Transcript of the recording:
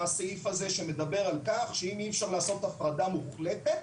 הסעיף הזה שמדבר על-כך שאם אי אפשר לעשות הפרדה מוחלטת